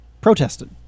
protested